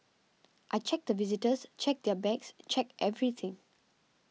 I check the visitors check their bags check everything